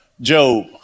Job